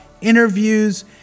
interviews